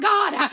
God